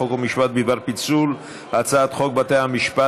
חוק ומשפט בדבר פיצול הצעת חוק בתי המשפט